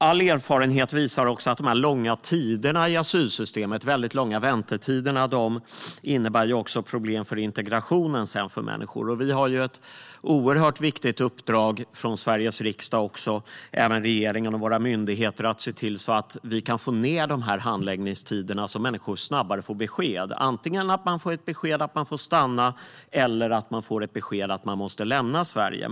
All erfarenhet visar att långa väntetider i asylsystemet innebär problem för människors integration längre fram. Sveriges riksdag, även regeringen och våra myndigheter, har ett oerhört viktigt uppdrag när det gäller att se till att korta handläggningstiderna, så att människor kan få besked snabbare. Man får antingen beskedet att man får stanna eller att man måste lämna Sverige.